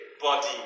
body